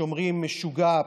שאומרים: משוגע,